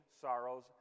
sorrows